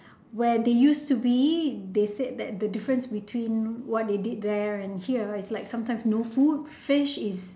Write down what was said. where they used to be they said that the difference between what they did there and here is like sometimes no food fish is